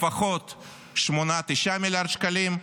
לפחות 8 9 מיליארד שקלים.